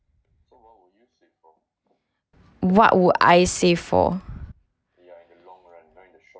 what would I save for